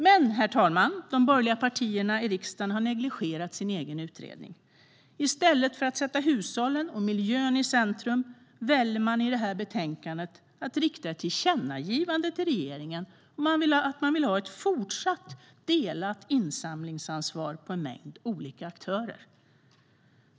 Men, herr talman, de borgerliga partierna i riksdagen har negligerat sin egen utredning. I stället för att sätta hushållen och miljön i centrum väljer de i detta betänkande att rikta ett tillkännagivande till regeringen om att de vill ha ett fortsatt delat insamlingsansvar bland en mängd olika aktörer.